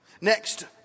Next